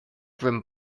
grim